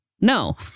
no